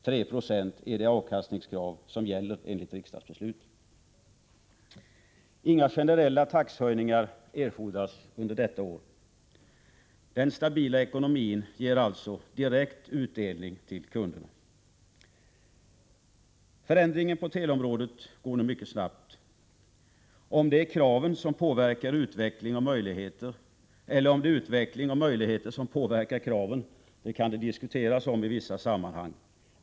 3 70 är det avkastningskrav som gäller enligt riksdagsbeslut. Inga generella taxehöjningar erfordras under detta år. Den stabila ekonomin ger alltså direkt utdelning till kunderna. Förändringen på teleområdet går nu mycket snabbt. Om det är kraven som påverkar utveckling och möjligheter eller om det är utveckling och möjligheter som påverkar kraven kan diskuteras i vissa sammanhang.